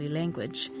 language